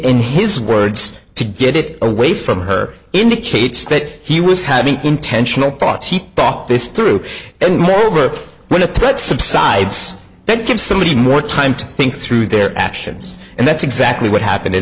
in his words to get it away from her indicates that he was having intentional thoughts he thought this through and moreover when the threat subsides then came somebody more time to think through their actions and that's exactly what happened in